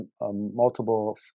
multiple